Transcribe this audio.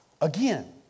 again